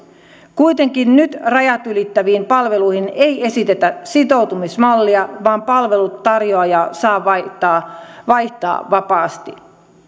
kuitenkin nyt rajat ylittäviin palveluihin ei esitetä sitoutumismallia vaan palvelutarjoajaa saa vaihtaa vaihtaa vapaasti